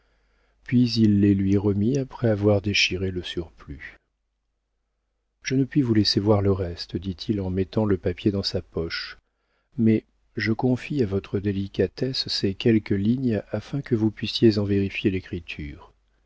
puis il les lui remit après avoir déchiré le surplus je ne puis vous laisser voir le reste dit-il en mettant le papier dans sa poche mais je confie à votre délicatesse ces quelques lignes afin que vous puissiez en vérifier l'écriture